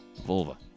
vulva